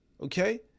Okay